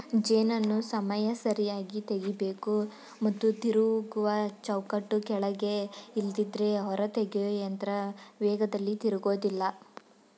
ಜೇನನ್ನು ಸಮಯ ಸರಿಯಾಗಿ ತೆಗಿಬೇಕು ಮತ್ತು ತಿರುಗುವ ಚೌಕಟ್ಟು ಕೆಳಗೆ ಇಲ್ದಿದ್ರೆ ಹೊರತೆಗೆಯೊಯಂತ್ರ ವೇಗದಲ್ಲಿ ತಿರುಗೋದಿಲ್ಲ